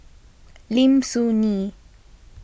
Lim Soo Ngee